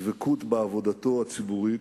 דבקות בעבודתו הציבורית,